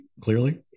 clearly